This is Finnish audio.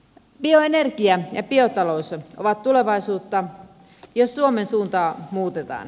bioenergia ja biotalous ovat tulevaisuutta jos suomen suuntaa muutetaan